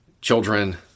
children